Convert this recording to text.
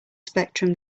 spectrum